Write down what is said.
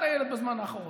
מופתעת בזמן האחרון.